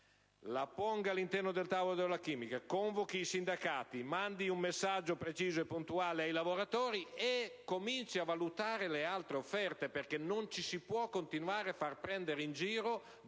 la ponga all'interno del tavolo della chimica, convochi i sindacati, invii un messaggio preciso e puntuale ai lavoratori e cominci a valutare le altre offerte. Infatti, non ci si può far prendere in giro per